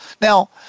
Now